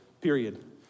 period